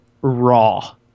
raw